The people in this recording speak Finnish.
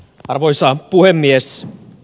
arvoisa puhemies